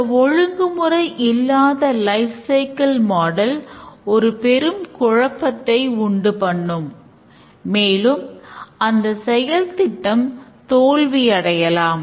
இந்த ஒழுங்கு முறை இல்லாத லைப் சைக்கிள் மாடல் ஒரு பெரும் குழப்பத்தை உண்டு பண்ணும் மேலும் அந்த செயல் திட்டம் தோல்வி அடையலாம்